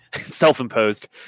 self-imposed